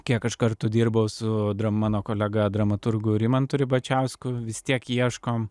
kiek aš kartų dirbo su mano kolega dramaturgų rimantu ribačiausku vis tiek ieškom